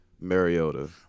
Mariota